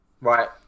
Right